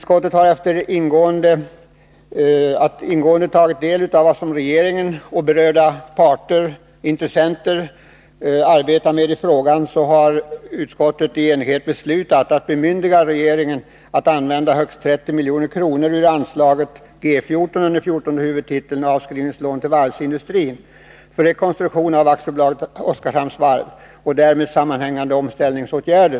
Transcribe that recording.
Efter att ingående ha tagit del av regeringens och berörda intressenters arbete med frågan, har utskottet i enighet beslutat föreslå riksdagen att bemyndiga regeringen att använda högst 30 milj.kr. ur anslaget G 12 under fjortonde huvudtiteln, Avskrivningslån till varvsindustrin, för rekonstruktion av AB Oskarshamns Varv och därmed sammanhängande omställningsåtgärder.